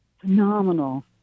phenomenal